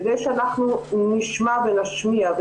כדי שאנחנו נשמע ונשמיע,